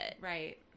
Right